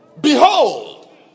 Behold